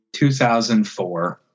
2004